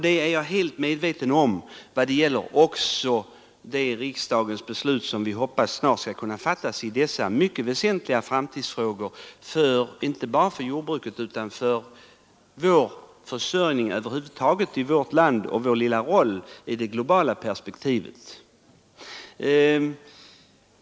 Det är jag helt medveten om, och det gäller också det riksdagens beslut som vi hoppas snart skall kunna fattas i dessa framtidsfrågor, som är mycket väsentliga inte bara för jordbruket utan för vårt lands försörjning över huvud taget och för vår lilla roll i det globala perspektivet.